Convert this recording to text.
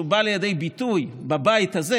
שהוא בא לידי ביטוי בבית הזה,